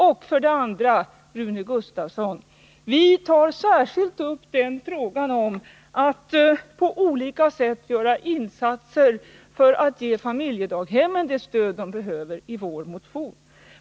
Vidare, Rune Gustavsson: Vi tar i vår motion särskilt upp frågan om att på olika sätt göra insatser för att ge familjedaghemmen det stöd de behöver.